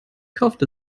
kauft